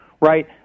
right